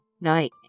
night